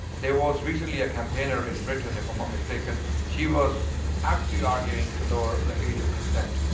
there was recently a campaigner in britain, if i'm not mistaken. she was actually arguing to lower the age of consent.